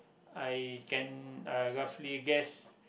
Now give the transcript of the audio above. I can roughly guess